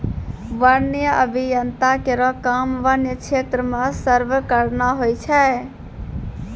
वन्य अभियंता केरो काम वन्य क्षेत्र म सर्वे करना होय छै